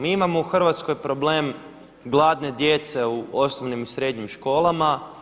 Mi imamo u Hrvatskoj problem gladne djece u osnovnim i srednjim školama.